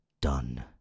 done